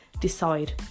decide